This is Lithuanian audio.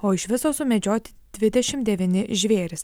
o iš viso sumedžioti dvidešim devyni žvėrys